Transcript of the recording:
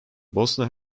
bosna